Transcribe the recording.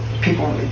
people